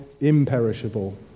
imperishable